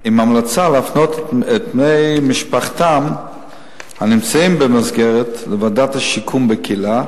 עם המלצה להפנות את הנמצאים במסגרת לוועדת השיקום בקהילה,